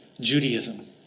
Judaism